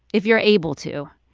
if you're able to,